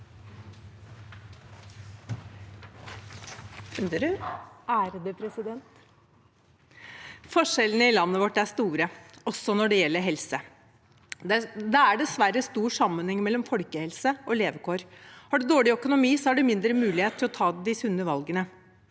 For- skjellene i landet vårt er store, også når det gjelder helse. Det er dessverre stor sammenheng mellom folkehelse og levekår. Har man dårlig økonomi, er det mindre mulighet til å ta de sunne valgene.